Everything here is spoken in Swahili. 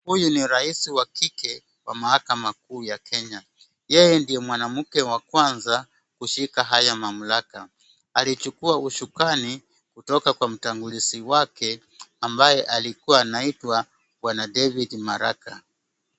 Huyu ni rais wa kike wa mahakama kuu ya Kenya. Yeye ndiye mwanamke wa kwanza kushika haya mamlaka, alichukua ushukani kutoka kwa mtangulizi wake aliyekua ambaye alikua anaitwa Bw. David Maraga.